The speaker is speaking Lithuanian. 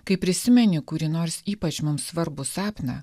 kai prisimeni kurį nors ypač mums svarbų sapną